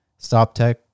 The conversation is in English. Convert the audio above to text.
StopTech